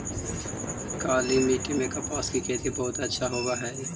काली मिट्टी में कपास की खेती बहुत अच्छा होवअ हई